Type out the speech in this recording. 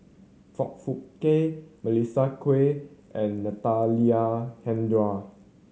Foong Fook Kay Melissa Kwee and Natalie Hennedige